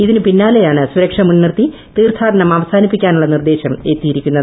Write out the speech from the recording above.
ഇതിന് പിന്നാലെയാണ് സുരക്ഷ മുൻനിർത്തി തീർഥാടനം അവസാനിപ്പിക്കാനുള്ള നിർദേശം എത്തിയിരിക്കുന്നത്